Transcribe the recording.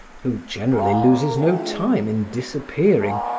who generally loses no time in disappearing,